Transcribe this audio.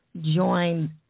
join